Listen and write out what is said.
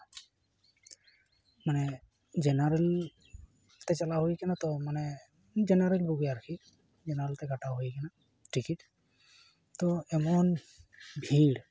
ᱢᱟᱱᱮ ᱡᱮᱱᱟᱨᱮᱞ ᱛᱮ ᱪᱟᱞᱟᱣ ᱦᱩᱭ ᱠᱟᱱᱟ ᱛᱚ ᱢᱟᱱᱮ ᱡᱮᱱᱟᱨᱮᱞ ᱵᱩᱜᱤ ᱟᱨᱠᱤ ᱡᱮᱱᱟᱨᱮᱞ ᱛᱮ ᱠᱟᱴᱟᱣ ᱦᱩᱭ ᱠᱟᱱᱟ ᱴᱤᱠᱤᱴ ᱛᱚ ᱮᱢᱚᱱ ᱵᱷᱤᱲ